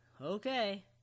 Okay